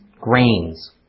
grains